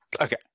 Okay